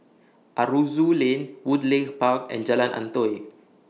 Aroozoo Lane Woodleigh Park and Jalan Antoi